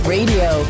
Radio